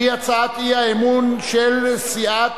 שהיא הצעת אי-האמון של סיעת